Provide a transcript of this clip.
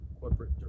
Corporate